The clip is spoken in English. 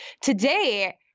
today